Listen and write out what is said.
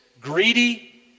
greedy